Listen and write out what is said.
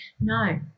no